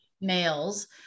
males